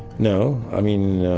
no. i mean,